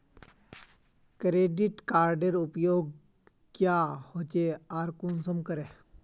Credit कार्डेर उपयोग क्याँ होचे आर कुंसम करे?